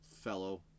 fellow